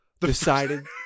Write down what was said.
decided